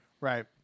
right